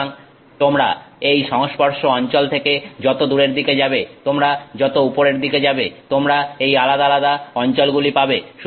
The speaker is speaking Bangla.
সুতরাং তোমরা এই সংস্পর্শ অঞ্চল থেকে যত দূরের দিকে যাবে তোমরা যত উপরের দিকে যাবে তোমরা এই আলাদা আলাদা অঞ্চলগুলি পাবে